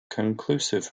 conclusive